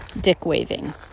dick-waving